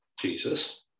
jesus